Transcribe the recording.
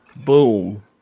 Boom